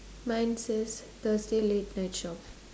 mine says thursday late night shop